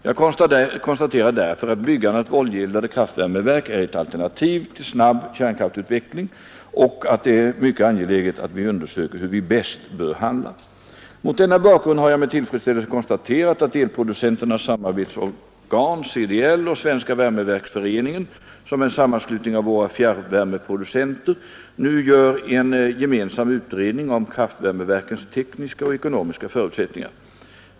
Jag konstaterar därför att byggandet av oljeeldade kraftvärmeverk är ett alternativ till snabb kärnkraftutveckling och att det är mycket angeläget att vi undersöker hur vi bäst bör handla. Mot denna bakgrund har jag med tillfredsställelse konstaterat att elproducenternas samarbetsorgan Centrala driftledningen och Svenska värmeverksföreningen, som är en sammanslutning av våra fjärrvärmeproducenter, nu gör en gemensam utredning om kraftvärmeverkens tekniska och ekonomiska förutsättningar.